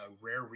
rare